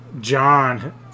John